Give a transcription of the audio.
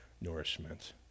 nourishment